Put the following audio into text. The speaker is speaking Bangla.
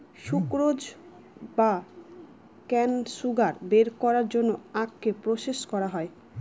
সুক্রোজ বা কেন সুগার বের করার জন্য আখকে প্রসেস করা হয়